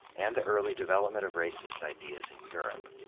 and the early development of racist ideas in europe.